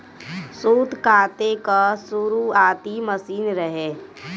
सूत काते कअ शुरुआती मशीन रहे